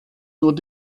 nur